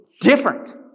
different